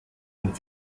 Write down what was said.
und